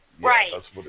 right